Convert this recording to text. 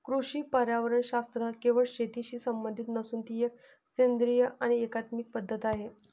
कृषी पर्यावरणशास्त्र केवळ शेतीशी संबंधित नसून ती एक सेंद्रिय आणि एकात्मिक पद्धत आहे